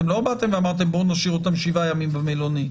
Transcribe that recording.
אתם לא באתם ואמרתם: בואו נשאיר אותם שבעה ימים במלונית.